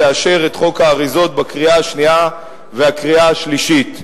תאשר את חוק האריזות בקריאה השנייה ובקריאה השלישית.